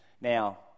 Now